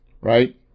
Right